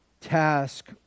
task